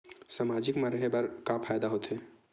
सामाजिक मा रहे बार का फ़ायदा होथे?